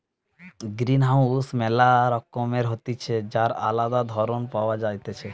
greenhouse ম্যালা রকমের হতিছে যার আলদা ধরণ পাওয়া যাইতেছে